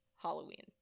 halloween